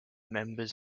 members